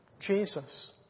Jesus